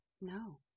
No